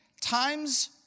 times